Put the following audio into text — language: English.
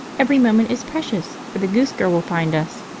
every moment is precious, for the goose girl will find us,